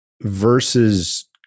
versus